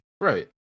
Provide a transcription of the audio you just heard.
Right